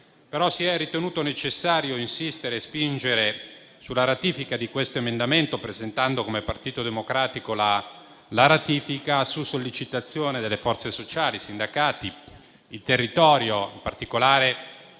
però ritenuto necessario insistere e spingere sulla ratifica di questo emendamento, presentandola come Partito Democratico su sollecitazione delle forze sociali, dei sindacati, del territorio (in particolare